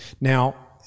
Now